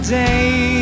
day